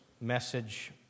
message